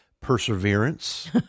perseverance